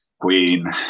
Queen